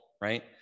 right